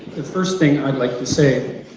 the first thing i'd like to say,